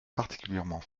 particulièrement